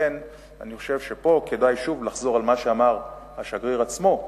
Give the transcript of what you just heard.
לכן אני חושב שפה כדאי שוב לחזור על מה שאמר השגריר עצמו,